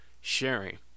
sharing